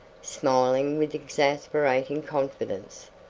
smiling with exasperating confidence.